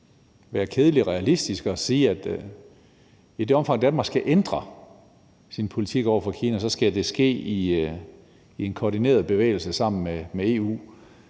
være kedeligt realistiske og sige, at i det omfang, Danmark skal ændre sin politik over for Kina, skal det ske i en koordineret bevægelse med EU